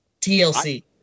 TLC